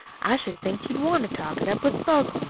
i should think you'd want to talk it up with both